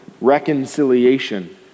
reconciliation